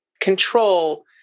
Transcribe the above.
control